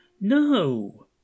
no